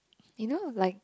you know like